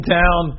town